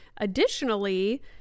additionally